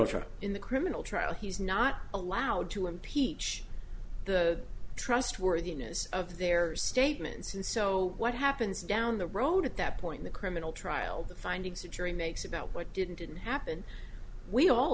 trial in the criminal trial he's not allowed to impeach the trustworthiness of their statements and so what happens down the road at that point the criminal trial the finding securing makes about what didn't didn't happen we all